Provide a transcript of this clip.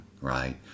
right